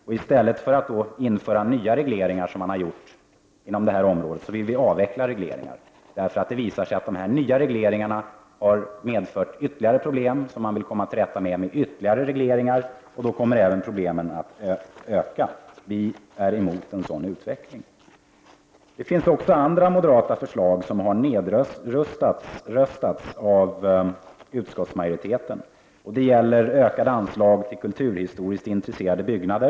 I stället för att införa nya regleringar på detta område vill vi avveckla regleringar. Det visar sig nämligen att dessa nya regleringar för att man skall komma till rätta med problemen har medfört ytterligare problem. Vi är emot en sådan utveckling. Det finns även andra moderata förslag som har nedröstats av utskottsmajoriteten. De gäller ökade anslag till kulturhistoriskt intressanta byggnader.